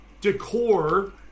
decor